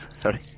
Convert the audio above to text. sorry